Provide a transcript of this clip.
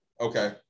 Okay